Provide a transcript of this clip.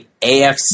AFC